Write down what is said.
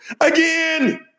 again